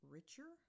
Richer